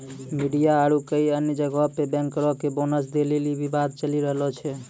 media आरु कई अन्य जगहो पे बैंकरो के बोनस दै लेली विवाद चलि रहलो छै